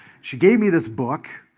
she gave me this book,